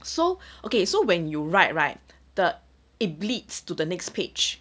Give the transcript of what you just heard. so okay so when you write right the it bleeds to the next page